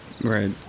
right